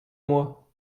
moi